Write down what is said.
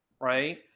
right